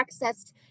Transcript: accessed